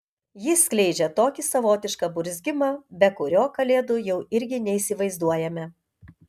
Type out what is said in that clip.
jis skleidžia tokį savotišką burzgimą be kurio kalėdų jau irgi neįsivaizduojame